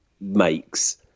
makes